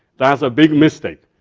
that's a big mistake,